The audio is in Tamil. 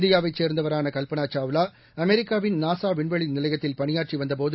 இந்தியாவைச் சேர்ந்தவரான கவ்பனா சாவ்லா அமெரிக்காவின் நாசா விண்வெளி நிலையத்தில் பணியாற்றி வந்தபோது